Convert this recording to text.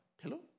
Hello